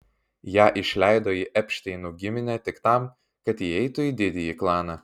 ją išleido į epšteinų giminę tik tam kad įeitų į didįjį klaną